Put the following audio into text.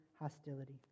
hostility